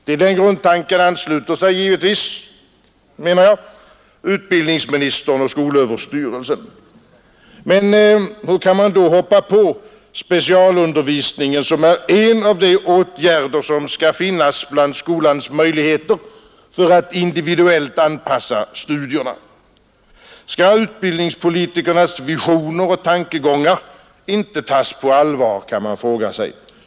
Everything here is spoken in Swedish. Till den grundtanken anslöt sig givetvis, menar jag, utbildningsministern och skolöverstyrelsen. Men hur kan man då hoppas på specialundervisningen som är en av de åtgärder som skall finnas bland skolans möjligheter för att individuellt anpassa studierna? Skall utbildningspolitikernas visioner och tankegångar inte tas på allvar? kan man fråga sig.